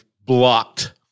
Blocked